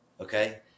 okay